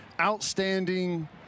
outstanding